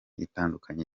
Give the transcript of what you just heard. itandukanye